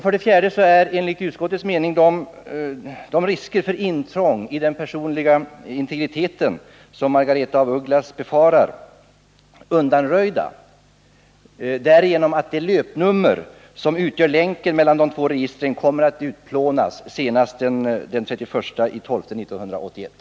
För det fjärde är enligt utskottets mening de risker för intrång i den personliga integriteten som Margaretha af Ugglas befarar undanröjda genom att de löpnummer som utgör länken mellan de två registren kommer att utplånas senast den 31 december 1981.